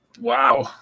Wow